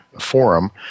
forum